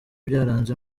byaranze